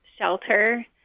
shelter